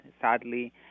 sadly